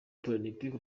paralempike